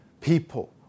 people